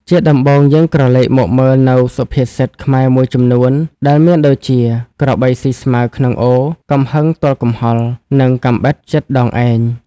ជាដំបូងយើងក្រឡេកមកមើលនៅសុភាសិតខ្មែរមួយចំនួនដែលមានដូចជា ក្របីស៊ីស្មៅក្នុងអូរ កំហឹងទល់កំហល់ និងកាំបិតជិតដងឯង។